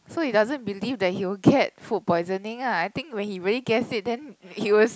so he doesn't believe that he will get food poisoning lah I think when he really gets it then he was